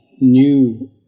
new